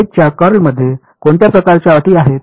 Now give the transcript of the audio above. H च्या कर्ल मध्ये कोणत्या प्रकारच्या अटी आहेत